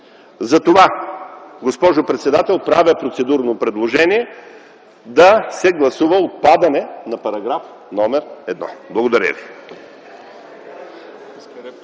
Затова, госпожо председател, правя процедурно предложение да се гласува отпадане на параграф номер едно. Благодаря ви.